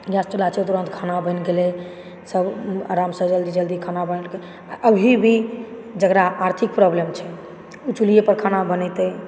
gas चुल्हा छै तुरन्त खाना बनि गेलै सब आरामसँ जल्दी जल्दी खाना बनौलकै आ अभी भी जेकरा आर्थिक प्रॉब्लम छै ओ चुल्हिए पर खाना बनेतै